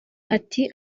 ati